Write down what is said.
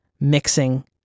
mixing